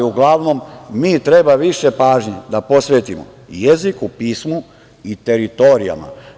Uglavnom, mi treba više pažnje da posvetimo jeziku, pismu i teritorijama.